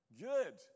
Good